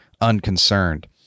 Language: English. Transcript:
unconcerned